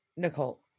Nicole